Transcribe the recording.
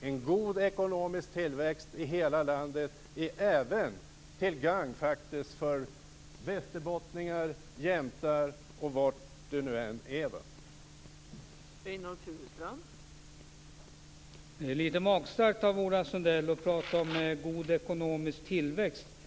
En god ekonomisk tillväxt i hela landet är även till gagn för västerbottningar, jämtar eller vad det nu kan vara fråga om.